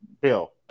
Bill